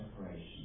separation